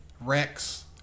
rex